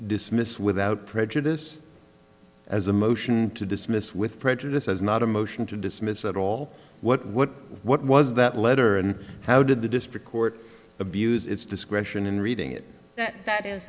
dismiss without prejudice as a motion to dismiss with prejudice as not a motion to dismiss at all what what what was that letter and how did the district court abuse its discretion in reading it that